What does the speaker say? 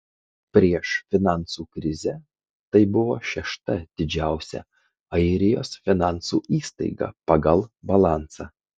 prieš finansų krizę tai buvo šešta didžiausia airijos finansų įstaiga pagal balansą